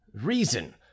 reason